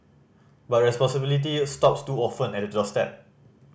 but responsibility stops too often at the doorstep